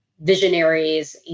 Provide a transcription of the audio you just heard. visionaries